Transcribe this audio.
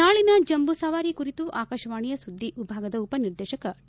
ನಾಳಿನ ಜಂಬೂಸವಾರಿ ಕುರಿತು ಆಕಾಶವಾಣಿ ಸುದ್ದಿ ವಿಭಾಗದ ಉಪ ನಿರ್ದೇಶಕ ಟ